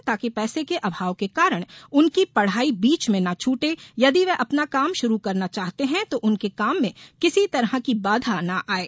ताकि पैसे के अभाव के कारण उनकी पढ़ाई बीच में ना छूटे यदि वे अपना काम शुरू करना चाहते हैं तो उनके काम में किसी तरह की बाधा न आये